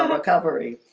um recovery,